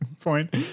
point